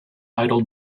idol